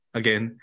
again